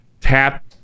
tap